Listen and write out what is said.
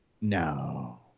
No